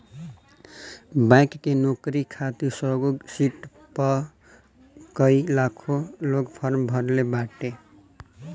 bank के नोकरी खातिर सौगो सिट पअ कई लाख लोग फार्म भरले बाटे